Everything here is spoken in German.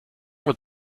wird